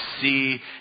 see